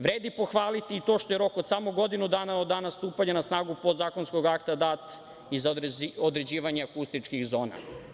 Vredi pohvaliti i to što je rok od samo godinu dana od dana stupanja na snagu podzakonskog akta dat i za određivanje akustičkih zona.